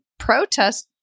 protest